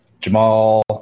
Jamal